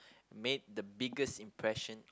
made the biggest impression